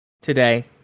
today